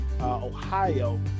Ohio